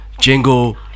jingle